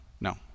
No